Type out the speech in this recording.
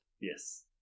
Yes